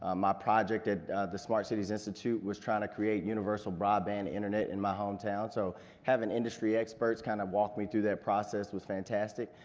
ah my project at the smart cities institute was trying to create universal broadband internet in my home town, so having industry experts kinda kind of walk me through that process was fantastic,